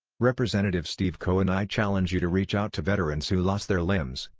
rep. steve cohen i challenge you to reach out to veterans who lost their limbs,